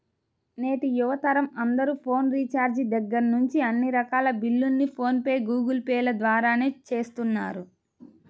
నేటి యువతరం అందరూ ఫోన్ రీఛార్జి దగ్గర్నుంచి అన్ని రకాల బిల్లుల్ని ఫోన్ పే, గూగుల్ పే ల ద్వారానే చేస్తున్నారు